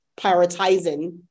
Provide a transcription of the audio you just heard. prioritizing